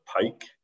pike